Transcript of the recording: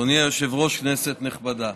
אדוני היושב-ראש, כנסת נכבדה,